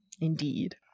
Indeed